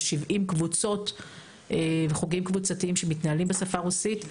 יש 70 קבוצות וחוגים קבוצתיים שמתנהלים בשפה הרוסית.